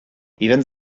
even